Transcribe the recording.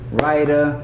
writer